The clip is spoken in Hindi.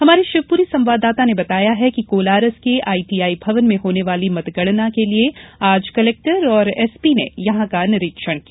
हमारे शिवपुरी संवाददाता ने बताया है कि कोलारस के आईटीआई भवन में होने वाली मतगणना के लिए आज कलेक्टर और एसपी ने यहां का निरीक्षण किया